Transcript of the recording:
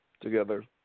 together